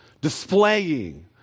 displaying